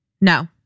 No